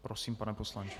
Prosím, pane poslanče.